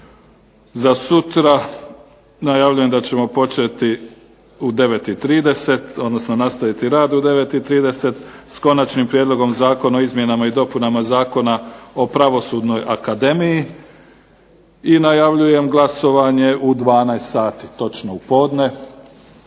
Za sutra najavljujem da ćemo početi u 9,30 odnosno nastaviti rad u 9,30 s Konačnim prijedlogom zakona o izmjenama i dopunama Zakona o Pravosudnoj akademiji i najavljujem glasovanje u 12 sati, točno u podne.